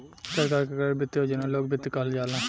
सरकार के करल वित्त योजना लोक वित्त कहल जाला